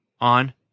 on